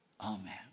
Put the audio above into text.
Amen